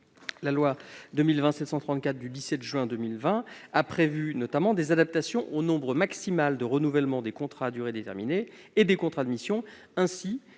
La loi 2020-734 du 17 juin 2020 a prévu notamment des adaptations au nombre maximal de renouvellements des contrats à durée déterminée et des contrats de mission, ainsi qu'au